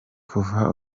kuva